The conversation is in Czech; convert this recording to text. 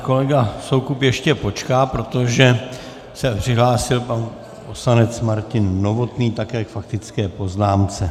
Kolega Soukup ještě počká, protože se přihlásil pan poslanec Martin Novotný, také k faktické poznámce.